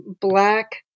black